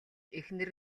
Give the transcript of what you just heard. эхнэр